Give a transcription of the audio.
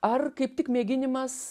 ar kaip tik mėginimas